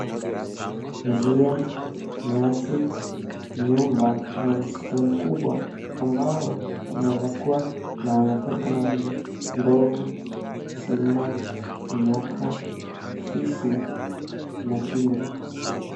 Njia, nyasi, nyumba na msitu mkubwa ambao 𝑢naweza kuwa 𝑛𝑎 wanyama pori kama 𝑣𝑖𝑙𝑒 𝑛dovu, 𝑠imba, 𝑛yoka, 𝑓𝑖si na 𝑘𝑖ma.